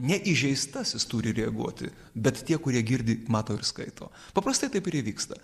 ne įžeistasis turi reaguoti bet tie kurie girdi mato ir skaito paprastai taip ir įvyksta